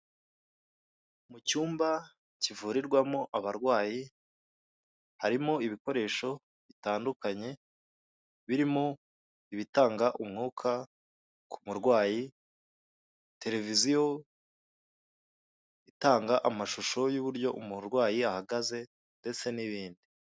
Mu cyumba kivurirwamo abarwayi harimo ibikoresho bitandukanye, birimo ibitanga umwuka ku murwayi, tereviziyo itanga amashusho y'uburyo umurwayi ahagaze ndetse n'ibindi.